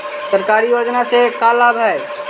सरकारी योजना से का लाभ है?